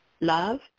Love